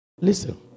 listen